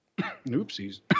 oopsies